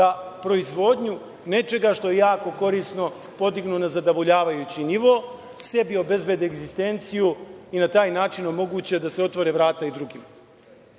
da proizvodnju nečega što je jako korisno podignu na zadovoljavajući nivo, sebi obezbede egzistenciju i na taj način omoguće da se otvore vrata i drugima.